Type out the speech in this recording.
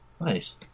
Nice